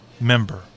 member